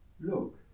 Look